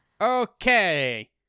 Okay